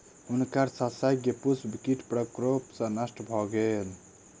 हुनकर शस्यक पुष्प कीट प्रकोप सॅ नष्ट भ गेल